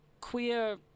queer